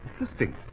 Interesting